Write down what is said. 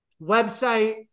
website